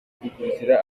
dukurikira